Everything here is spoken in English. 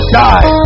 die